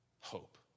hope